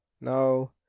No